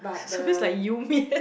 soupy is like you mian